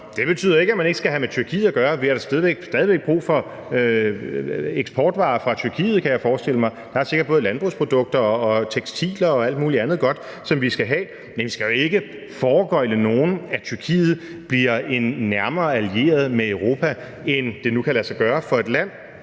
Det betyder ikke, at man ikke skal have med Tyrkiet at gøre. Vi har da stadig væk brug for eksportvarer fra Tyrkiet, kan jeg forestille mig – der er sikkert både landbrugsprodukter og tekstiler og alt muligt andet godt, som vi skal have – men vi skal jo ikke foregøgle nogen, at Tyrkiet bliver en nærmere allieret med Europa, end det nu kan lade sig gøre for et land,